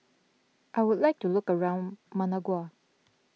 I would like to look around Managua